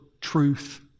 truth